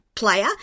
player